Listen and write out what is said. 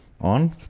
on